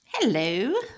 Hello